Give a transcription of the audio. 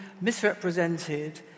misrepresented